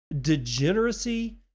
Degeneracy